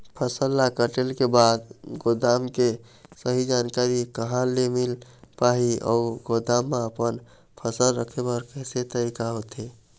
फसल ला कटेल के बाद गोदाम के सही जानकारी कहा ले मील पाही अउ गोदाम मा अपन फसल रखे बर कैसे तरीका होथे?